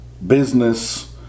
business